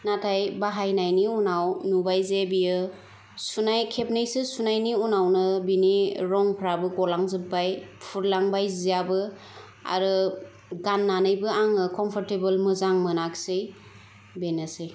नाथाय बाहायनायनि उनाव नुबाय जे बियो सुनाय खेबनैसो सुनायनि उनावनो बिनि रंफ्राबो गलांजोब्बाय फुरलांबाय जियाबो आरो गान्नानैबो आङो कमफर्टेबल मोजां मोनाख्सै बेनोसै